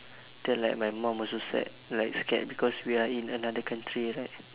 than like my mum also scared like scared because we are in another country right